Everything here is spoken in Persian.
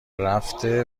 رفته